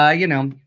ah you know,